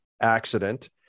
accident